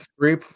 three